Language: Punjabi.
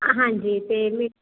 ਹਾਂਜੀ ਤੇ